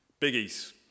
biggies